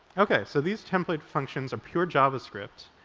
ok, so these template functions are pure javascript,